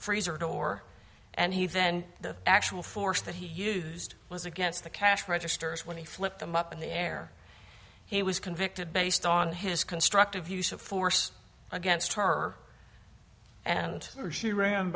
freezer door and he then the actual force that he used was against the cash registers when he flipped them up in the air he was convicted based on his constructive use of force against her and the r